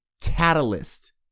catalyst